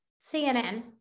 CNN